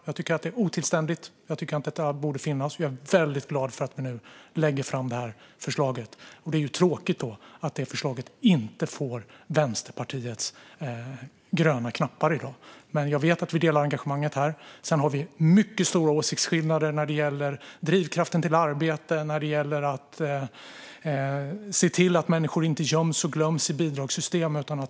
Jag tycker att det är otillständigt. Det borde inte finnas. Jag är väldigt glad för att vi nu lägger fram detta förslag. Det är tråkigt att det förslaget inte får Vänsterpartiets gröna knappar i dag, men jag vet att vi delar engagemanget här. Sedan har vi mycket stora åsiktsskillnader när det gäller drivkraften till arbete och när det gäller att se till att människor inte göms och glöms i bidragssystem.